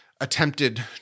Attempted